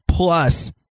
Plus